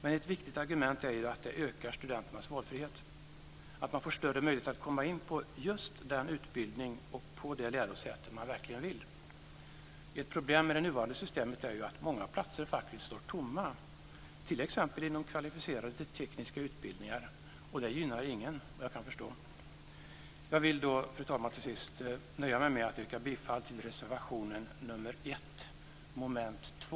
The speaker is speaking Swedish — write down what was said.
Ett viktigt argument är att studenternas valfrihet ökar, att man får större möjligheter att komma in på just den utbildning och vid just det lärosäte som man verkligen vill till. Ett problem med det nuvarande systemet är ju att många platser faktiskt står tomma, t.ex. inom kvalificerade tekniska utbildningar. Det gynnar ingen, såvitt jag kan förstå. Till sist, fru talman, vill jag bara säga att jag nöjer mig med att yrka bifall till reservation nr 1 under mom. 2.